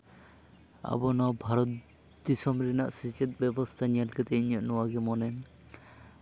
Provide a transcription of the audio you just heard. ᱟᱵᱚ ᱱᱚᱣᱟ ᱵᱷᱟᱨᱚᱛ ᱫᱤᱥᱚᱢ ᱨᱮᱱᱟᱜ ᱥᱮᱪᱮᱫ ᱵᱮᱵᱚᱥᱛᱷᱟ ᱧᱮᱞ ᱠᱟᱛᱮᱫ ᱤᱧᱟᱹᱜ ᱱᱚᱣᱟᱜᱮ ᱢᱚᱱᱮ